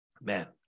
Man